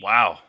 Wow